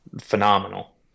phenomenal